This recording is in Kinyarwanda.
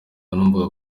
numvaga